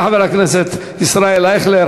תודה לחבר הכנסת ישראל אייכלר.